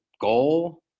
goal